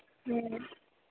మ్మ్